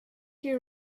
you